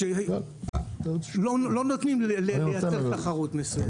שלא נותנים לייצר תחרות מסוימת.